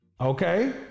Okay